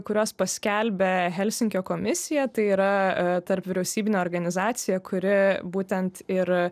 kuriuos paskelbė helsinkio komisija tai yra tarpvyriausybinė organizacija kuri būtent ir